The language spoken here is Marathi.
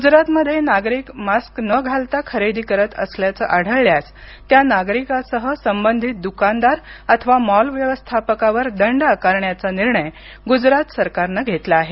गुजरातमध्ये नागरिक मास्क न घालता खरेदी करत असल्याचं आढळल्यास त्या नागरिकासह संबंधित दुकानदार अथवा मॉल व्यवस्थापकावर दंड आकारण्याचा निर्णय गुजरात सरकारनं घेतला आहे